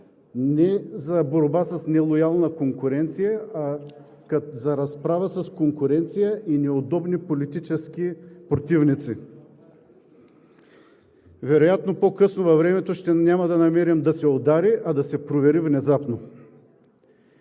не за борба с нелоялна конкуренция, а за разправа с конкуренция и неудобни политически противници. Вероятно по късно във времето няма да намерим да се удари, а да се провери внезапно.